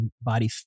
body